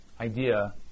idea